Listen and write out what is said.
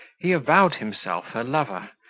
he avowed himself her lover,